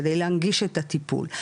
כדי להנגיש את הטיפול.